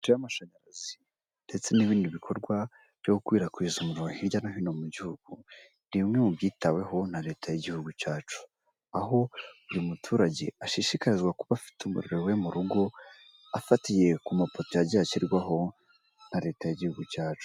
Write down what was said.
Amashanyarazi ndetse n'ibindi bikorwa byo gukwirakwiza umuriro hirya no hino mu gihugu ni bimwe mu byitaweho na leta y'igihugu cyacu aho buri muturage ashishikarizwa kuba afite umuriro we mu rugo afatiye ku mapoto yagiye ashyirwaho na leta y'igihugu cyacu.